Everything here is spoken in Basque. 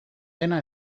dena